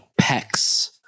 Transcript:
Pecs